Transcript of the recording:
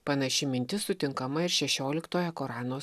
panaši mintis sutinkama ir šešioliktoje korano